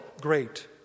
great